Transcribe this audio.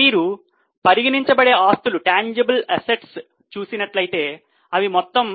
మీరు పరిగణించబడే ఆస్తులు చూసినట్లయితే అవి మొత్తము